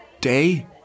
Day